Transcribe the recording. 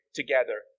together